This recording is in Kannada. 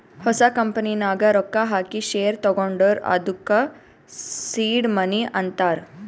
ಹೊಸ ಕಂಪನಿ ನಾಗ್ ರೊಕ್ಕಾ ಹಾಕಿ ಶೇರ್ ತಗೊಂಡುರ್ ಅದ್ದುಕ ಸೀಡ್ ಮನಿ ಅಂತಾರ್